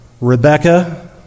Rebecca